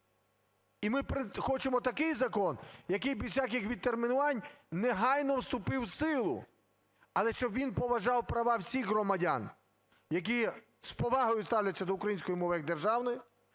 І ми хочемо такий закон, який без всяких відтермінувань негайно вступив в силу, але щоб він поважав права всіх громадян, які з повагою ставляться до української мови як державної,